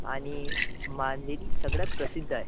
आणि मांदेली सगळ्यात प्रसिद्ध आहे